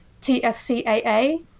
TFCAA